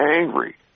angry